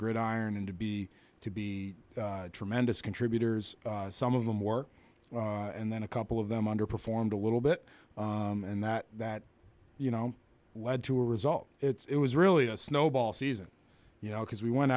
gridiron and to be to be tremendous contributors some of them or and then a couple of them underperformed a little bit and that that you know led to a result it's it was really a snowball season you know because we went